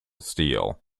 steel